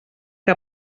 que